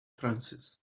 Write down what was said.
francis